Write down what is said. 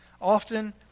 often